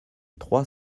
trois